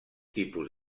tipus